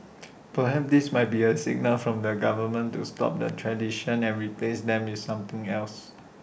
perhaps this might be A signal from the government to stop the 'traditions' and replace them with something else